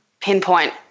pinpoint